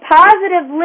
positive